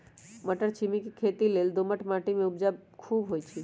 मट्टरछिमि के खेती लेल दोमट माटी में उपजा खुब होइ छइ